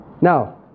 Now